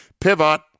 Pivot